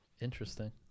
Interesting